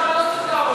שם לא צריך להרוס,